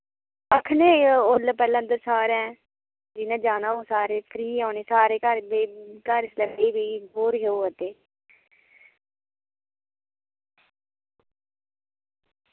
आक्खने आं ओरले परले अंदर सारें जिनें जाना होग सारे फ्री होने गै सारे घर बेही घर इसलै बेही बेही बोर ई होआ दे